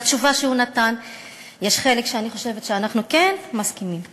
בתשובה שהוא נתן יש חלק שאני חושבת שאנחנו כן מסכימים עליו,